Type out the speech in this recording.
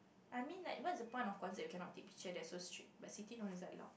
I mean like what's the point of concert where you cannot take picture that is so strict but city is not allowed